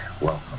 welcome